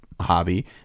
hobby